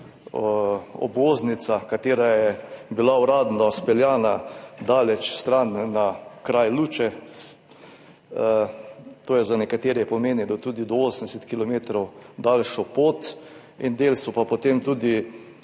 obvoznica, ki je bila uradno speljana daleč stran, na Luče. To je za nekatere pomenilo tudi do 80 kilometrov daljšo pot. En del so pa potem tudi